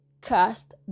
cast